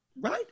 Right